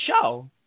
show